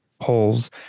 holes